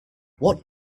what